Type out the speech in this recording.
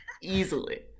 easily